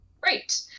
Great